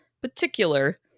particular